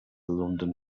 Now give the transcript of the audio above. london